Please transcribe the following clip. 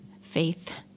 faith